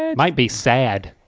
and might be sad.